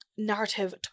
narrative